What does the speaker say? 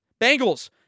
Bengals